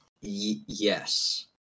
Yes